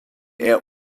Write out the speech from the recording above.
eher